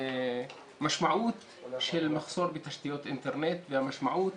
המשמעות של מחסור בתשתיות אינטרנט והמשמעות